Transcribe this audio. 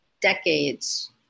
decades